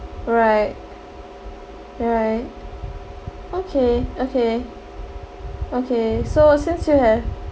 right right okay okay okay so since you have